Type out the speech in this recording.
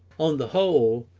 on the whole,